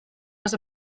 was